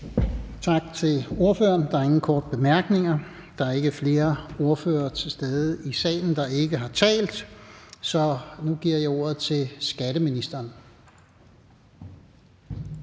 Tak til ordføreren. Der er ingen korte bemærkninger. Der er ikke flere ordførere til stede i salen, der ikke har talt. Så nu giver jeg ordet til skatteministeren.